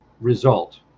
result